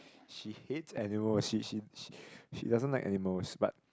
she hates animal she she she she doesn't like animals but